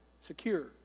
secure